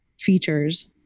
features